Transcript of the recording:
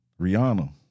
Rihanna